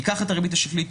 ניקח את הריבית השקלית,